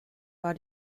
war